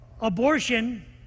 abortion